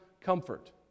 comfort